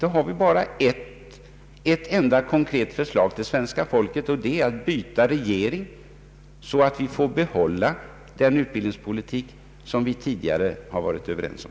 Då har vi bara ett enda konkret förslag till svenska folket, och det är att byta regering, så att vi får behålla den utbildningspolitik som vi tidigare varit överens om.